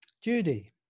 Judy